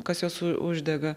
kas juos uždega